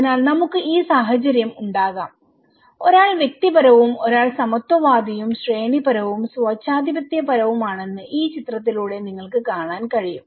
അതിനാൽ നമുക്ക് ഈ സാഹചര്യം ഉണ്ടാകാം ഒരാൾ വ്യക്തിപരവും ഒരാൾ സമത്വവാദിയും ശ്രേണിപരവും സ്വേച്ഛാധിപത്യപരവുമാണെന്ന് ഈ ചിത്രത്തിലൂടെ നിങ്ങൾക്ക് കാണാൻ കഴിയും